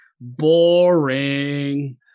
Boring